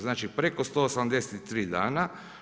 Znači preko 183 dana.